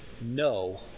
no